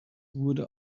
wurde